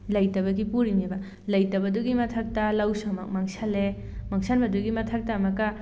ꯂꯩꯇꯕꯒꯤ ꯄꯨꯔꯤꯅꯦꯕ ꯂꯩꯇꯕꯗꯨꯒꯤ ꯃꯊꯛꯇ ꯂꯧꯁꯨ ꯑꯃꯨꯛ ꯃꯥꯡꯁꯜꯂꯦ ꯃꯥꯡꯁꯟꯕꯗꯨꯒꯤ ꯃꯊꯛꯇ ꯑꯃꯨꯛꯀ